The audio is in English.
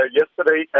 yesterday